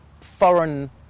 foreign